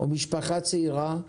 משפחה צעירה,